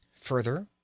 Further